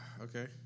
Okay